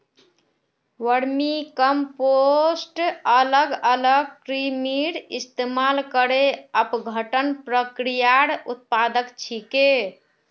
vermicompost अलग अलग कृमिर इस्तमाल करे अपघटन प्रक्रियार उत्पाद छिके